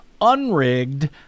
unrigged